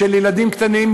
ילדים קטנים,